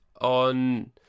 on